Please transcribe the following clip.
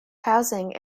housing